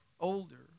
older